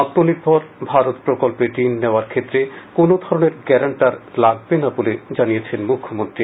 আত্মনির্ভর ভারত প্রকল্পে ঋণ নেওয়ার ক্ষেত্রে কোন ধরনের গ্যারান্টার লাগবে না বলে জানিয়েছেন মুখ্যমন্ত্রী